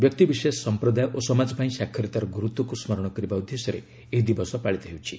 ବ୍ୟକ୍ତିବିଶେଷ ସମ୍ପ୍ରଦାୟ ଓ ସମାଜ ପାଇଁ ସାକ୍ଷରତାର ଗୁରୁତ୍ୱକୁ ସ୍ମରଣ କରିବା ଉଦ୍ଦେଶ୍ୟରେ ଏହି ଦିବସ ପାଳିତ ହେଉଛି